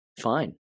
fine